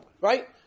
Right